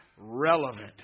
relevant